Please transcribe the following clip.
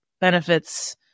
benefits